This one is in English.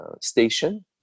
station